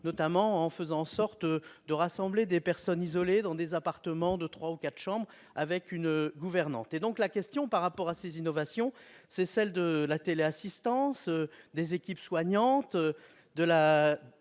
notamment en faisant en sorte de rassembler des personnes isolées dans des appartements de trois ou quatre chambres, avec une gouvernante. Ces innovations soulèvent la question de la téléassistance, des équipes soignantes,